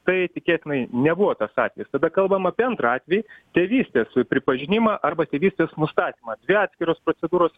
tai tikėtinai nebuvo tas atvejis tada kalbam apie antrą atvejį tėvystės pripažinimą arba tėvystės nustatymą dvi atskiros procedūros